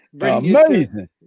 Amazing